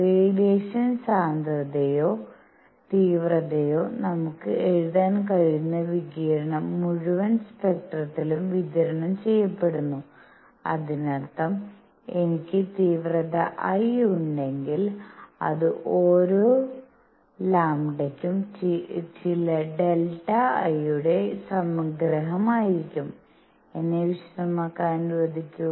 radiation സാന്ദ്രതയോ തീവ്രതയോ നമുക്ക് എഴുതാൻ കഴിയുന്ന വികിരണം മുഴുവൻ സ്പെക്ട്രത്തിലും വിതരണം ചെയ്യപ്പെടുന്നു അതിനർത്ഥം എനിക്ക് തീവ്രത I ഉണ്ടെങ്കിൽ അത് ഓരോ λ യ്ക്കും ചില ഡെൽറ്റ I യുടെ സംഗ്രഹമായിരിക്കും എന്നെ വിശദമാക്കാൻ അനുവദിക്കൂ